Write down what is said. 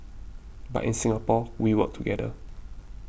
but in Singapore we work together